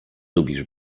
lubisz